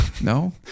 No